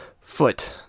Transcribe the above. foot